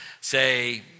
say